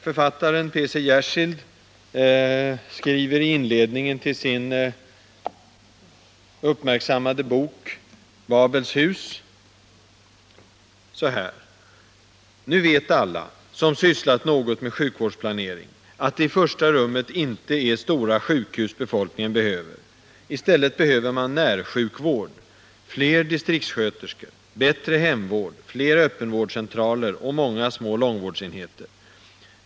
Författaren P.C. Jersild skriver i inledningen till sin uppmärksammade bok Babels hus: ”Nu vet alla som sysslat något med sjukvårdsplanering, att det i första rummet inte är stora sjukhus befolkningen behöver. I stället behöver man närsjukvård: fler distriktssköterskor, bättre hemvård, fler öppenvårdscentraler och många små långvårdsenheter.